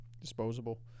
disposable